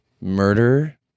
murder